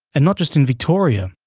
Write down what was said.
and not just in victoria,